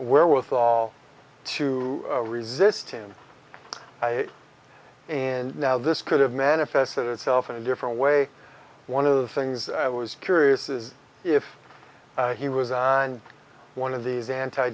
rewithal to resist him in now this could have manifested itself in a different way one of the things i was curious is if he was on one of these anti